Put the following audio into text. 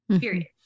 period